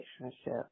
relationship